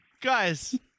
guys